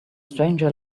stranger